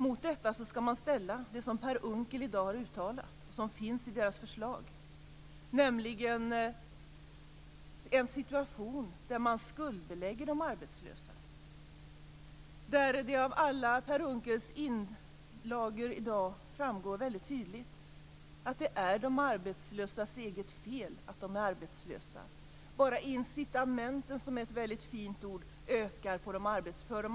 Mot detta skall vi ställa det som Per Unckel i dag har uttalat och som finns i Moderaternas förslag, nämligen en situation där man skuldbelägger de arbetslösa. Av alla Per Unckels inlägg i dag framgår det väldigt tydligt att det är de arbetslösas eget fel att de är arbetslösa. Bara incitamenten - som är ett väldigt fint ord - ökar för de